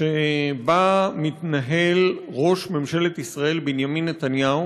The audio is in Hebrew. שבה מתנהל ראש ממשלת ישראל בנימין נתניהו